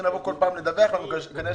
הם היו צריכים לבוא בכל פעם לדווח לנו,